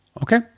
Okay